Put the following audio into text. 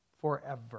forever